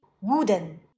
Wooden